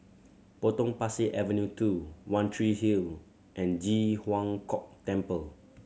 Potong Pasir Avenue Two One Tree Hill and Ji Huang Kok Temple